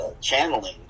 channeling